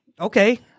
okay